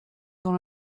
dans